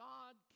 God